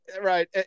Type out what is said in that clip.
Right